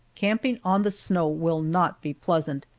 camping on the snow will not be pleasant,